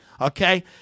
Okay